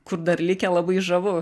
kur dar likę labai žavu